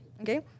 okay